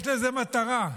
יש לזה מטרה,